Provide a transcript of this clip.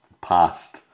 past